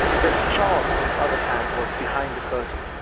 prince charles, on the other hand, was behind the curtain.